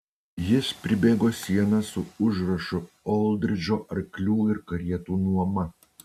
jis pribėgo sieną su užrašu oldridžo arklių ir karietų nuoma